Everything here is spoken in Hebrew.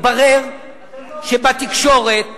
מתברר שבתקשורת